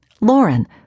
Lauren